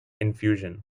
infusion